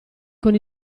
con